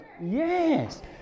Yes